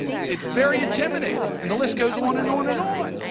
it's very intimidating. and the list goes on and on and on.